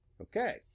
Okay